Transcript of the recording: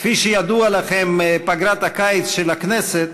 כפי שידוע לכם, פגרת הקיץ של הכנסת